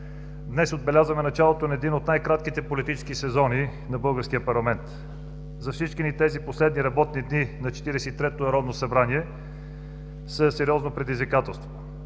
Днес отбелязваме началото на един от най-кратките политически сезони на българския парламент. За всички ни тези последни работни дни на Четиридесет и третото народно събрание са сериозно предизвикателство.